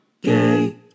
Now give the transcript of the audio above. Gay